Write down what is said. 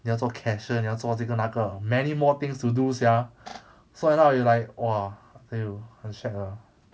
你要做 cashier 你要做这个那个 many more things to do sia so end up you like !wah! !aiyo! 很 shag lah